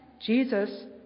Jesus